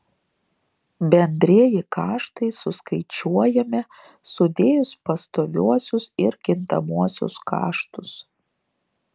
bendrieji kaštai suskaičiuojami sudėjus pastoviuosius ir kintamuosius kaštus